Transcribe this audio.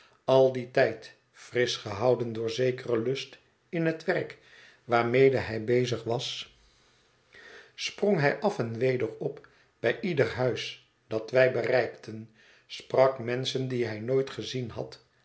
al dien tijd frisch gehouden door zekeren lust in het werk waarmede hij bezig was sprong hij af en weder op bij ieder huis dat wij bereikten sprak menschen die hij nooit gezien had